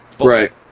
Right